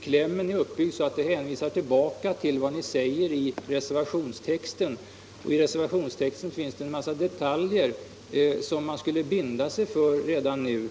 Klämmen är ju uppbyggd så att den hänvisar tillbaka på vad ni säger i reservationstexten, där det finns en massa detaljer som man skulle binda sig för redan nu.